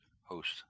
host